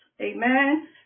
Amen